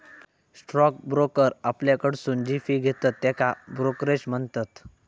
stock broker आपल्याकडसून जी fee घेतत त्येका ब्रोकरेज म्हणतत